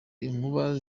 inkuba